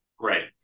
right